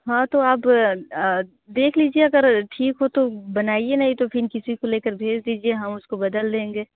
हाँ आप देख लीजिए अगर ठीक हो तो बनाइए नहीं तो फ़िर किसी को लेकर भेज दीजिए हम उस को बदल देंगे